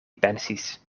pensis